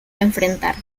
enfrentar